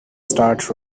start